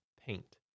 paint